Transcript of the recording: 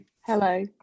Hello